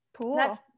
cool